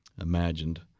imagined